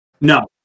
No